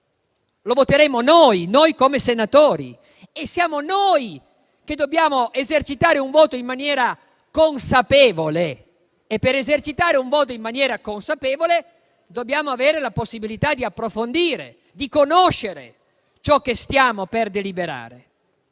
lo voteremo noi senatori. Siamo noi che dobbiamo esercitare un voto in maniera consapevole e, per esercitare un voto in maniera consapevole, dobbiamo avere la possibilità di conoscere e approfondire ciò che stiamo per deliberare.